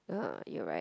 you're right